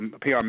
PR